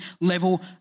level